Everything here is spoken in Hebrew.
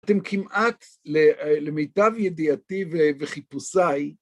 אתם כמעט, למיטב ידיעתי וחיפושי,